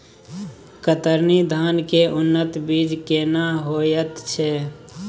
कतरनी धान के उन्नत बीज केना होयत छै?